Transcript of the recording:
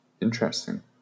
Interesting